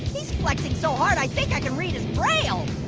he's flexing so hard, i think i can read his braille.